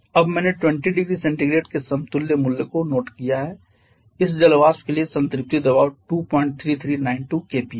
अब मैंने 20 0C के समतुल्य मूल्य को नोट किया है इस जल वाष्प के लिए संतृप्ति दबाव 23392 kPa है